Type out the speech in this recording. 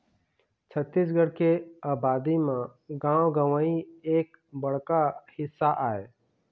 छत्तीसगढ़ के अबादी म गाँव गंवई एक बड़का हिस्सा आय